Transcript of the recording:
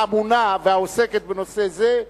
האמונה והעוסקת בנושא זה,